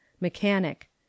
Mechanic